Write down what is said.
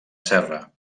serra